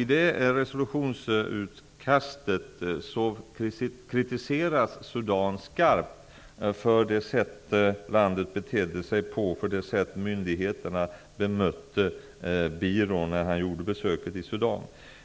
I det resolutionsutkastet kritiseras Sudan skarpt för det sätt på vilket landet betedde sig och det sätt på vilket myndigheterna bemötte Biro när han gjorde besöket i Sudan.